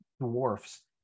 dwarfs